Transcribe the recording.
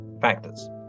factors